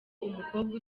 umukobwa